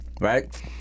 right